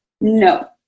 no